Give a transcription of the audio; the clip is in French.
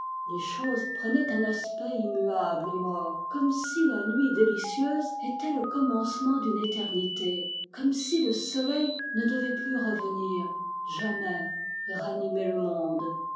les choses prenaient un aspect immuable et mort comme si la nuit délicieuse était le commencement d'une éternité comme si le soleil ne devait plus revenir jamais et ranimer le monde